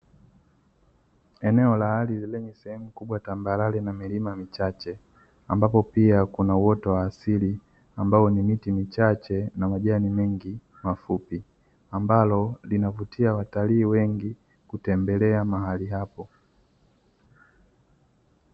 Eneo la ardhi lenye sehemu kubwa tambarare na milima michache, ambapo pia kuna uoto wa asili ambao ni miti michache na majani mengi mafupi ambalo linavutia watalii wengi kutembelea mahali hapo.